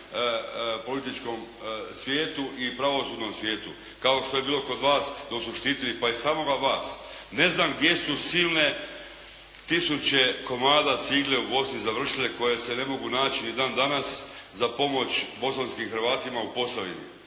političkom svijetu i pravosudnom svijetu, kao što je bilo kod vas dok su štitili pa i samoga vas. Ne znam gdje su silne tisuće komada cigle u Bosni završile koje se ne mogu naći ni dan danas za pomoć bosanskim Hrvatima u Posavini.